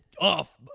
Off